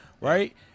right